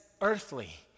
earthly